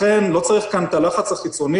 לכן לא צריך כאן את הלחץ החיצוני.